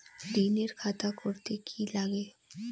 ঋণের খাতা করতে কি লাগে?